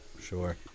sure